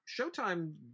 Showtime